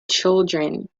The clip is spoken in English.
children